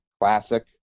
classic